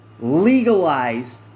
legalized